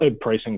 pricing